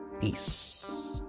Peace